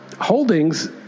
holdings